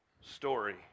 story